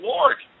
Lord